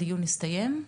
הדיון הסתיים.